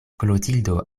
klotildo